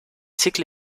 cycle